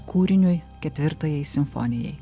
kūriniui ketvirtajai simfonijai